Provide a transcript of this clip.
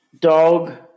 Dog